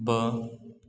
ब॒